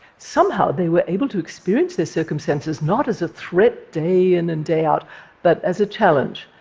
somehow they were able to experience their circumstances not as a threat day in and day out but as a challenge,